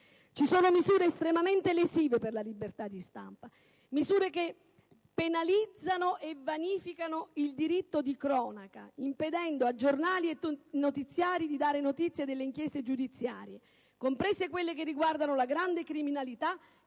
contiene misure estremamente lesive per la libertà di stampa, che penalizzano e vanificano il diritto di cronaca, impedendo a giornali e a notiziari di dare notizie delle inchieste giudiziarie, comprese quelle che riguardano la grande criminalità,